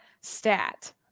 stat